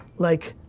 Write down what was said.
like,